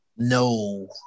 No